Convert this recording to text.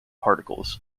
particles